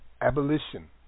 Abolition